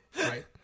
right